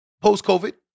post-COVID